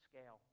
scale